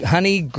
Honey